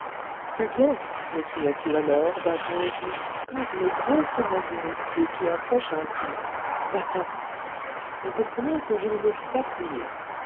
c'est bien me cria-t-il alors d'un ton aigu comme le grincement d'une scie qui accroche un clou va-t-en vous comprenez que je ne me fis pas prier